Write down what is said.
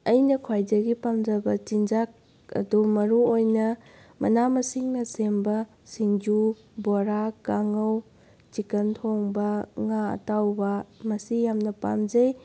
ꯑꯩꯅ ꯈ꯭ꯋꯥꯏꯗꯒꯤ ꯄꯥꯝꯖꯕ ꯆꯤꯟꯖꯥꯛ ꯑꯗꯨ ꯃꯔꯨ ꯑꯣꯏꯅ ꯃꯅꯥ ꯃꯁꯤꯡꯅ ꯁꯦꯝꯕ ꯁꯤꯡꯖꯨ ꯕꯣꯔꯥ ꯀꯥꯡꯉꯧ ꯆꯤꯀꯟ ꯊꯣꯡꯕ ꯉꯥ ꯑꯇꯥꯎꯕ ꯃꯁꯤ ꯌꯥꯝꯅ ꯄꯥꯝꯖꯩ